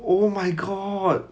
oh my god